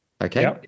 Okay